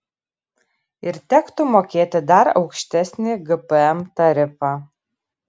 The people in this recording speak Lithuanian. ir tektų mokėti dar aukštesnį gpm tarifą